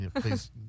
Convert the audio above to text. Please